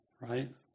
right